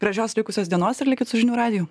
gražios likusios dienos ir likit su žinių radiju